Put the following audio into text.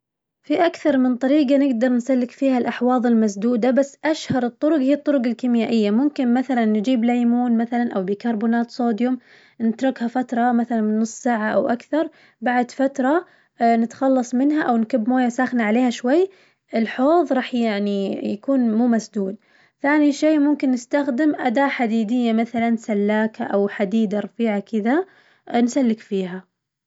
في أكثر من طريقة نقدر نسلك فيها الأحواض المسدودة بس أشهر الطرق هي الطرق الكيميائية، ممكن مثلاً نجيب ليمون مثلاً أو بيكربونات صوديوم نتركها فترة مثلاً من نص ساعة أو أكثر، بعد فترة نتخلص منها أو نكب موية ساخنة عليها شوي، الحوظ راح يعني يكون مو مسدود، ثاني شي ممكن نستخدم أداة حديدية مثلاً سلاكة أو حديدة رفيعة كذا نسلك فيها.